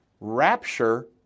rapture